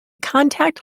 contact